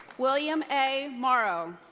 william a. morrow.